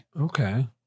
okay